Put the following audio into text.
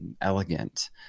elegant